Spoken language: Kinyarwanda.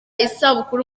isabukuru